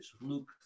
Luke